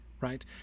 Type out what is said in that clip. right